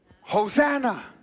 Hosanna